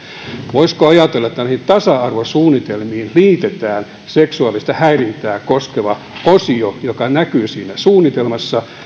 voisiko ajatella että näihin tasa arvosuunnitelmiin liitetään seksuaalista häirintää koskeva osio joka näkyy siinä suunnitelmassa